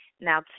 Now